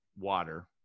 water